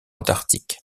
antarctique